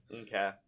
Okay